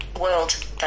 world